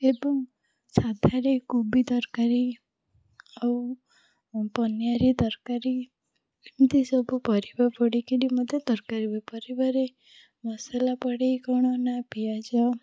ଏବଂ ସାଧାରେ କୋବି ତରକାରୀ ଆଉ ପନିର୍ ତରକାରୀ ଏମିତି ସବୁ ପରିବା ପଡ଼ିକରି ତରକାରୀ ହୁଏ ପରିବାରେ ମସଲା ପଡ଼ିକି କ'ଣ ନା ପିଆଜ